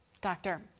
Doctor